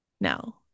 No